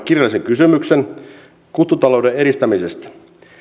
kirjallisen kysymyksen kuttutalouden edistämisestä